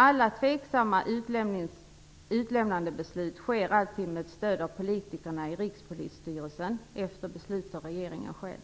Alla tveksamma utlämnandebeslut fattas med stöd av politikerna i Rikspolisstyrelsen efter beslut av regeringen själv.